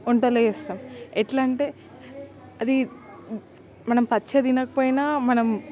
వంటలో ఏస్తం ఎట్లంటే అది మనం పచ్చిగ తినకపోయిన మనం